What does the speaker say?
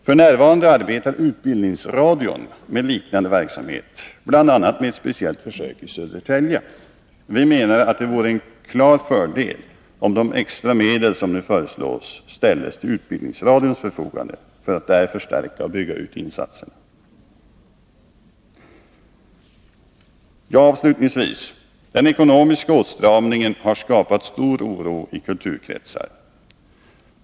F. n. arbetar utbildningsradion med liknande verksamhet, bl.a. med ett speciellt försök i Södertälje. Vi menar att det vore en klar fördel om de extra medel som nu föreslås ställdes till utbildningsradions förfogande för att där förstärka och bygga ut insatserna. Den ekonomiska åtstramningen har skapat stor oro i kulturkretsar.